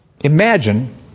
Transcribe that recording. Imagine